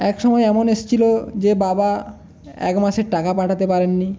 এক সময় এমন এসেছিল যে বাবা এক মাসের টাকা পাঠাতে পারেননি